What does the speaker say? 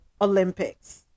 Olympics